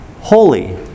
holy